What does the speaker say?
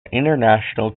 international